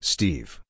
Steve